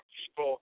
people